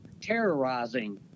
terrorizing